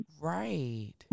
right